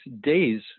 days